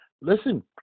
Listen